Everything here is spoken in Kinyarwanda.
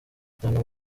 itanu